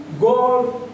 God